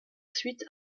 suite